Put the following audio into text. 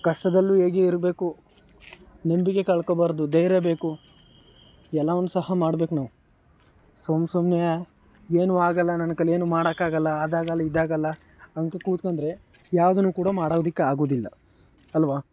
ಕಷ್ಟದಲ್ಲೂ ಹೇಗೆ ಇರಬೇಕು ನಂಬಿಕೆ ಕಳ್ಕೊಳ್ಬಾರ್ದು ಧೈರ್ಯ ಬೇಕು ಎಲ್ಲವನ್ನು ಸಹ ಮಾಡಬೇಕು ನಾವು ಸುಮ್ಮ ಸುಮ್ಮನೆ ಏನು ಆಗೋಲ್ಲ ನನ್ನ ಕೈಲಿ ಏನು ಮಾಡೋಕೆ ಆಗೋಲ್ಲ ಅದು ಆಗೋಲ್ಲ ಇದು ಆಗೋಲ್ಲ ಅಂತ ಕೂತ್ಕೊಂಡ್ರೆ ಯಾವುದೂನು ಕೂಡ ಮಾಡೋದಕ್ಕೆ ಆಗೋದಿಲ್ಲ ಅಲ್ವ